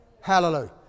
hallelujah